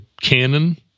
canon –